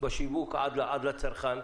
בשיווק עד לצרכן,